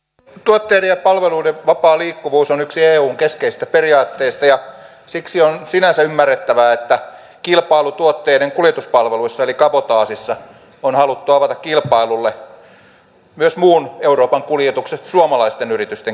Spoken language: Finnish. tuotteiden ja palveluiden vapaa liikkuvuus on yksi eun keskeisistä periaatteista ja siksi on sinänsä ymmärrettävää että kilpailu tuotteiden kuljetuspalveluissa eli kabotaasissa on haluttu avata kilpailulle myös muun euroopan kuljetukset suomalaisten yritysten kilpailulle